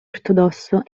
ortodosso